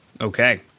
Okay